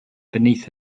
beneath